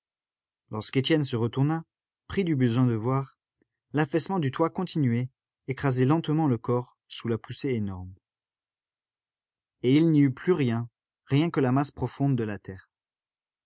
lorsque étienne se retourna pris du besoin de voir l'affaissement du toit continuait écrasait lentement le corps sous la poussée énorme et il n'y eut plus rien rien que la masse profonde de la terre